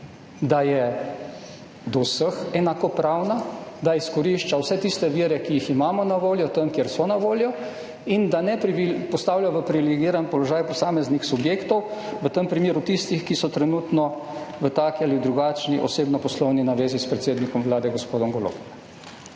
da je do vseh enakopravna, da izkorišča vse tiste vire, ki jih imamo na voljo tam, kjer so na voljo, in da ne postavlja v privilegiran položaj posameznih subjektov, v tem primeru tistih, ki so trenutno v taki ali drugačni osebno-poslovni navezi s predsednikom Vlade, gospodom Golobom.